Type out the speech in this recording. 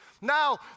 Now